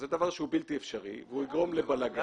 זה דבר שהוא בלתי אפשרי והוא יגרום לבלגן.